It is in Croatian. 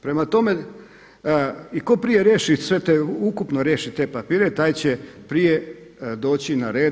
Prema tome i tko prije riješi sve te, ukupno riješi te papire taj će prije doći na red.